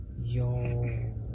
Yo